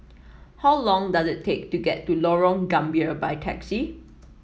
how long does it take to get to Lorong Gambir by taxi